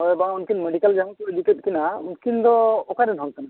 ᱦᱳᱭ ᱵᱟᱝᱟ ᱩᱱᱠᱤᱱ ᱢᱮᱰᱤᱠᱮᱞ ᱠᱚ ᱤᱫᱤ ᱠᱮᱫ ᱠᱤᱱᱟ ᱩᱱᱠᱤᱱ ᱫᱚ ᱚᱠᱟ ᱨᱮᱱ ᱦᱚᱲ ᱠᱟᱱᱟ ᱠᱤᱱ